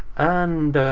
and!